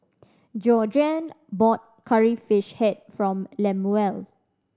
Georgeann bought Curry Fish Head from Lemuel